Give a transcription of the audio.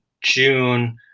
June